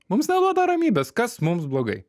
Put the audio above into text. mums neduoda ramybės kas mums blogai